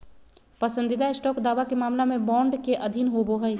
पसंदीदा स्टॉक दावा के मामला में बॉन्ड के अधीन होबो हइ